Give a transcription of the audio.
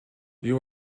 you